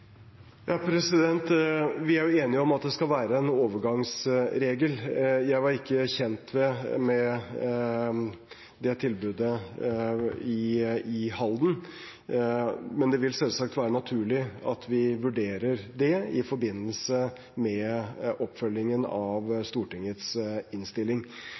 Vi er enige om at det skal være en overgangsregel. Jeg var ikke kjent med tilbudet i Halden, men det vil selvsagt være naturlig at vi vurderer det i forbindelse med oppfølgingen av Stortingets innstilling.